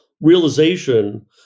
realization